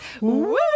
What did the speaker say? Woo